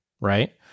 right